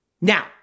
Now